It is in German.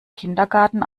kindergarten